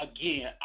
again